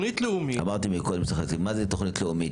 אמרתי קודם שצריך מה זה תוכנית לאומית?